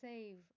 Save